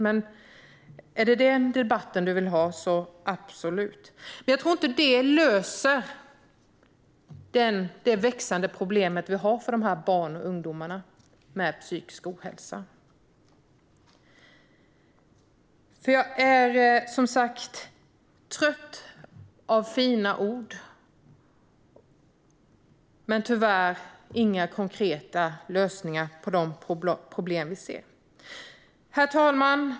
Om det är den debatten du vill ha, Annika Strandhäll - absolut. Jag tror dock inte att detta löser det växande problem som vi har med dessa barn och ungdomar med psykisk ohälsa. Jag är som sagt trött på fina ord utan några konkreta lösningar på de problem som vi ser. Herr talman!